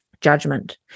judgment